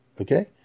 Okay